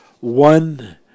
one